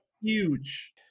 huge